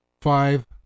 Five